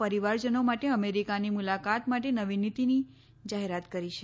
પરિવારજનો માટે અમેરિકાની મુલાકાત માટે નવી નીતિની જાહેરાત કરી છે